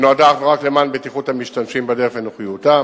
ונועדה אך ורק למען בטיחות המשתמשים בדרך ונוחיותם.